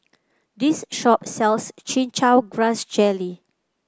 this shop sells Chin Chow Grass Jelly